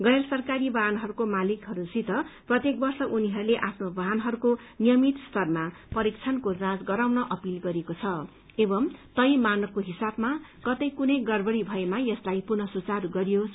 गैर सरकारी वाहनहरूको मालिकहस्सित प्रत्येक वर्ष उनीहरूले आफ्नो वाहनहरूको नियमित स्तरमा परीक्षणको जाँच गराउन अपील गरिएको छ एवं तय मानकको हिसावमा कतै कुनै गड़बड़ी भएमा यसलाई पुनः सुचास्त गरियोस्